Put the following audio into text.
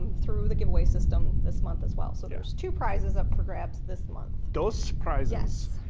through the giveaway system this month as well. so there's two prizes up for grabs this month. dos prizes. yes.